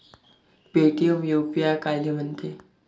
Paytm UPI कायले म्हनते?